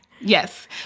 Yes